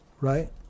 Right